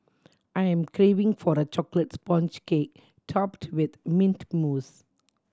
I am craving for the chocolate sponge cake topped with mint mousse